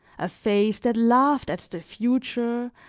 a face that laughed at the future,